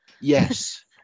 Yes